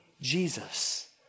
Jesus